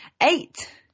Eight